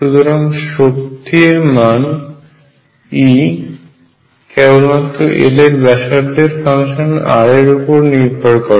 সুতরাং শক্তি মান E কেবলমাত্র L এবং ব্যাসার্ধের ফাংশন r এর উপর নির্ভর করে